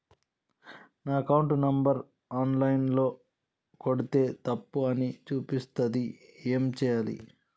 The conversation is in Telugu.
నా అకౌంట్ నంబర్ ఆన్ లైన్ ల కొడ్తే తప్పు అని చూపిస్తాంది ఏం చేయాలి?